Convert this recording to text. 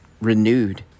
renewed